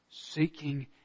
seeking